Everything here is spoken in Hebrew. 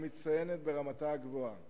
המצטיינת ברמתה הגבוהה.